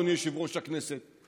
אדוני יושב-ראש הכנסת,